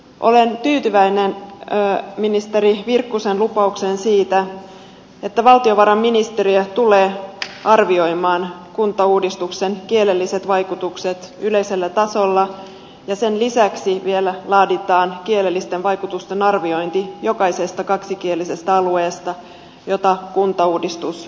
olen tyytyväinen ministeri virkkusen lupaukseen siitä että valtiovarainministeriö tulee arvioimaan kuntauudistuksen kielelliset vaikutukset yleisellä tasolla ja sen lisäksi vielä laaditaan kielellisten vaikutusten arviointi jokaisesta kaksikielisestä alueesta jota kuntauudistus koskee